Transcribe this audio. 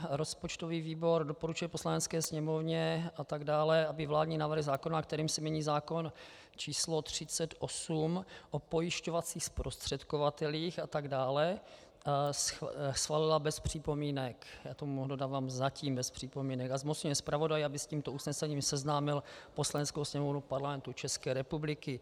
Rozpočtový výbor doporučuje Poslanecké sněmovně atd., aby vládní návrh zákona, kterým se mění zákon číslo 38, o pojišťovacích zprostředkovatelích atd., schválil bez připomínek já k tomu dodávám zatím bez připomínek a zmocňuje zpravodaje, aby s tímto usnesením seznámil Poslaneckou sněmovnu Parlamentu České republiky.